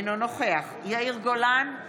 יאיר גולן,